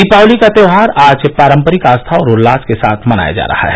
दीपावली का त्योहार आज पारम्परिक आस्था और उल्लास के साथ मनाया जा रहा है